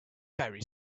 very